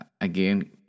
Again